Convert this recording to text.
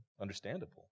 understandable